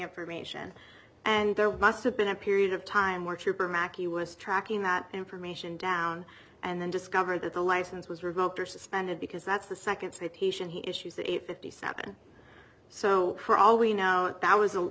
information and there were must have been a period of time where trooper mackey was tracking that information down and then discovered that the license was revoked or suspended because that's the second state haitian he issues eight fifty seven so for all we know that was a